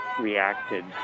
reacted